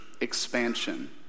expansion